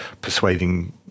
persuading